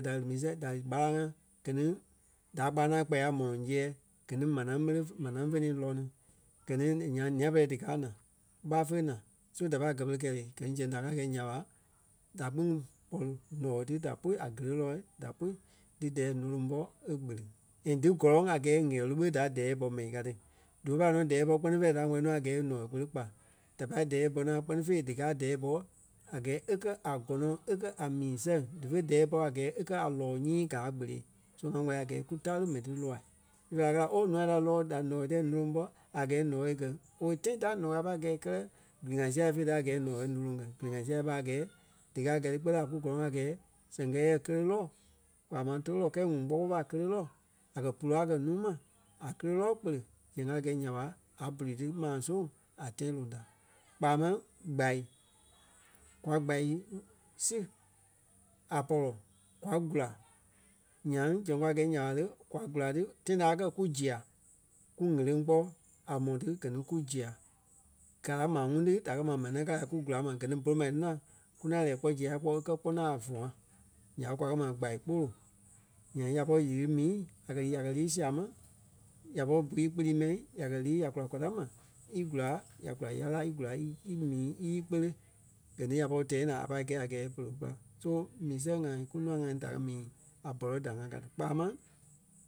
da lí mii sɛŋ da lí kpálaŋ ŋa gɛ ni da kpaa ŋaŋ kpɛ́ɛ a mɔlɔŋ zíɛɛ gɛ ni manaa méle fe- manaa fe ni lɔ ni. Gɛ ni nyaŋ nîa-pɛlɛɛ díkaa naa ɓá fé naa so da pai gɛ pere kɛɛ le gɛ ni zɛŋ da ŋaŋ gɛi nya ɓa, da kpîŋ pɔri nɔɔi ti da pui a géle lɔ́ɔ da pui dí dɛɛ noloŋ pɔ́ e kpele. And dí gɔ́lɔŋ a gɛɛ ɣɛlu ɓé da dɛɛ bɔ mɛni ka ti. Dífe pai nɔ dɛɛ bɔ kpɛ́ni fêi da wɛ́li nɔ a gɛɛ e nɔɔi kpele kpa. Da pâi dɛɛ bɔ-naa kpɛ́ni fêi díkaa dɛɛ bɔ a gɛɛ a kɛ̀ a gɔnɔŋ a kɛ̀ a mii sɛŋ dífe dɛɛ bɔ a gɛɛ a kɛ̀ a lɔ́ɔ nyii gaa kpèle. So ŋa ŋwɛ́li a gɛɛ kú tare mɛni ti loai ífa kɛ la ooo ǹûai da lɔɔ da nɔɔi tɛɛ noloŋ pɔ́ a gɛɛ nɔɔi e gɛ̀. Owei tãi ta nɔɔi a pai gɛ̀ kɛlɛ gili-ŋa sia fe ti a gɛɛ nɔɔi e noloŋ kɛ. Gili-ŋa sia ɓa a gɛɛ díkaa gɛi ti kpɛɛ la kú gɔlɔŋ a gɛɛ sɛŋ kɛɛ yɛ kéle lɔ́ɔ kpaa máŋ tou lɔ́ɔ kɛɛ ŋuŋ kpɔ́ kpɔɔi ɓa kéle lɔ́ɔ a kɛ̀ pulu a kɛ̀ nuu mai a kéle lɔ́ɔ kpele zɛŋ a gɛi nya ɓa a bulu ti maa soŋ a tãi loŋ da. Kpáa máŋ gbai. Kwa gbai si a pɔlɔ kwa kula nyaŋ soŋ kwa gɛi nya ɓa le, kwa kula ti tãi ta a kɛ kú zîa kú ɣeleŋ kpɔ́ a mɔ ti gɛ ni kú zîa. Kaa maa ŋuŋ ti da kɛ̀ ma manaa kala kú gula ma gɛ ni polu ma ti ŋaŋ kú ŋaŋ lɛ́ɛ kpɔ́ zîa kpɔ́ e kɛ́ kpɔ ŋaŋ a fûa. Nya ɓé kwa kɛ́ ma gbai kpólo. Nyaŋ ya pɔri nyiti mii a kɛ̀ ya kɛ̀ lii sia ma ya pɔri bui í kpirii mɛi ya kɛ̀ lii ya kula kwaa ta ma í gúla ya gula ya la í gula í- mi í íkpele gɛ ni ya pɔri tɛɛ naa a pai kɛi a gɛɛ e pere kula. So mii sɛŋ ŋai kunûa ŋai díkaa mii a bɔlɔ da ŋa ka ti kpaa máŋ